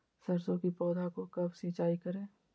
सरसों की पौधा को कब सिंचाई करे?